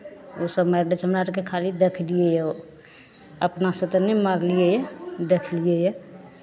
ओसभ मारि लै छै हमरा आरके खाली देखलियैए अपनासँ तऽ नहि मारलियैए देखलियैए